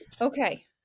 Okay